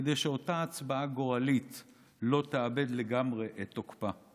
כדי שאותה הצבעה גורלית לא תאבד לגמרי את תוקפה.